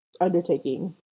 undertaking